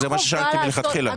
זה מה ששאלתי מלכתחילה.